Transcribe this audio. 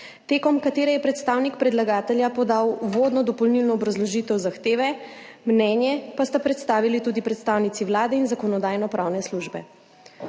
na kateri je predstavnik predlagatelja podal uvodno dopolnilno obrazložitev zahteve, mnenje pa sta predstavili tudi predstavnici Vlade in Zakonodajno-pravne službe.